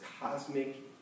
cosmic